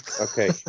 okay